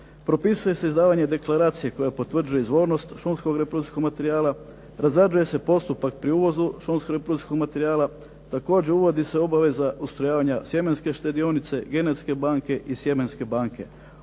propisuje se izdavanje deklaracije koja potvrđuje izvornost šumskog reprodukcijskog materijala, razrađuje se postupak pri uvozu šumskog reprodukcijskog materijala. Također, uvodi se obaveza ustrojavanja sjemenske štedionice, genetske banke i sjemenske banke.